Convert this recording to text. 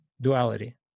duality